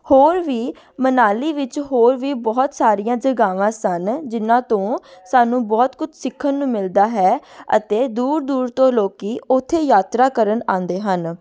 ਹੋਰ ਵੀ ਮਨਾਲੀ ਵਿੱਚ ਹੋਰ ਵੀ ਬਹੁਤ ਸਾਰੀਆਂ ਜਗ੍ਹਾਵਾਂ ਸਨ ਜਿਨ੍ਹਾਂ ਤੋਂ ਸਾਨੂੰ ਬਹੁਤ ਕੁਛ ਸਿੱਖਣ ਨੂੰ ਮਿਲਦਾ ਹੈ ਅਤੇ ਦੂਰ ਦੂਰ ਤੋਂ ਲੋਕ ਉੱਥੇ ਯਾਤਰਾ ਕਰਨ ਆਉਂਦੇ ਹਨ